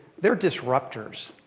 they're disruptors.